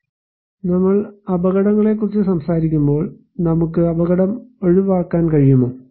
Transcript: ഇപ്പോൾ നമ്മൾ അപകടങ്ങളെക്കുറിച്ച് സംസാരിക്കുമ്പോൾ നമുക്ക് അപകടം ഒഴിവാക്കാൻ കഴിയുമോ